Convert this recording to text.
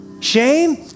Shame